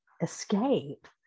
escape